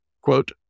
quote